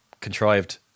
contrived